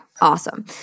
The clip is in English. awesome